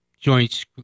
joints